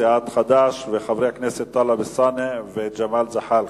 סיעת חד"ש וחברי הכנסת טלב אלסאנע וג'מאל זחאלקה,